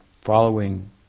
following